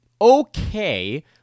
okay